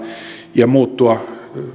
ja muuttua